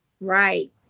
Right